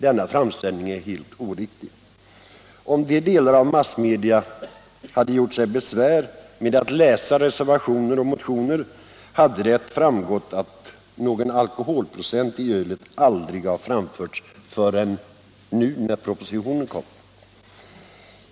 Denna framställning är helt oriktig. Om de delar av massmedia som det här gäller hade gjort sig besvär med att läsa reservationer och motioner, hade de märkt att vi inte angivit någon alkoholprocent i ölet förrän nu, när propositionen kom.